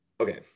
Okay